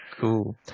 cool